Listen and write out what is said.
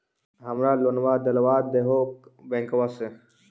हमरा लोनवा देलवा देहो करने बैंकवा से?